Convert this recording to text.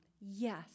yes